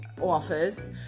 office